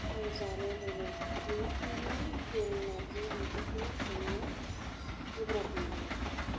जों जानो मोनो बिनिखायनो जों नार्जि ओंख्रिखौ संनो गोब्राब मोनो